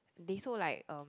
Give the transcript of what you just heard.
they so like um